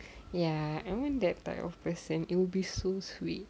ya I want that type of person it will be so sweet